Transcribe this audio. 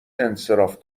انصراف